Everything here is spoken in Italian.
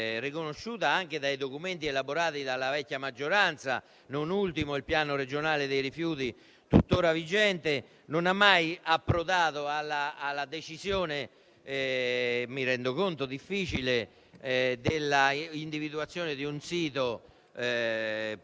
riconosciuta anche dai documenti elaborati dalla vecchia maggioranza, non ultimo il piano regionale dei rifiuti tuttora vigente, non è mai approdata alla decisione - mi rendo conto difficile - di individuare un sito per la